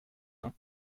vingt